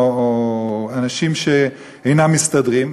או אנשים שאינם מסתדרים,